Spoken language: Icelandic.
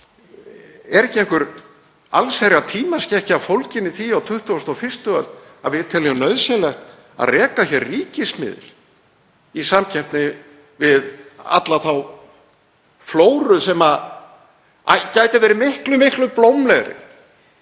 Er ekki einhver allsherjartímaskekkja fólgin í því á 21. öld að við teljum nauðsynlegt að reka hér ríkismiðil í samkeppni við alla þá flóru sem gæti verið miklu blómlegri